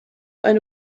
eine